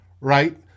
right